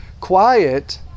Quiet